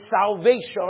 salvation